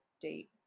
date